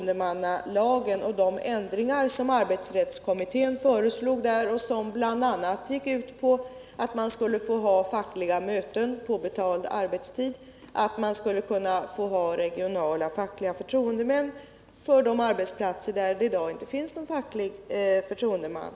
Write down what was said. De ändringar som arbetsrättskommittén föreslog i förtroendemannalagen gick bl.a. ut på att man skulle få ha fackliga möten på betald arbetstid och att man skulle få ha regionala fackliga förtroendemän för de arbetsplatser där det i dag inte finns någon förtroendeman.